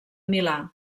milà